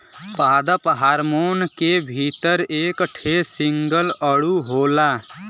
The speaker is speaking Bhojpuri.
पादप हार्मोन के भीतर एक ठे सिंगल अणु होला